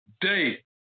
day